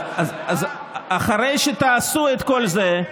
אז אחרי שתעשו את כל זה,